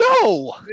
No